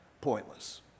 Pointless